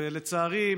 ולצערי,